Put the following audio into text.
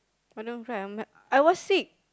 I don't cry I am like I was sick